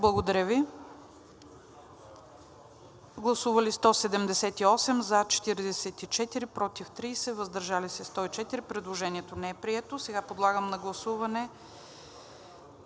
народни представители: за 44, против 30, въздържали се 104. Предложението не е прието. Сега подлагам на гласуване